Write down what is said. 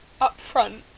upfront